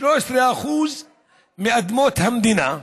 13% מאדמות המדינה.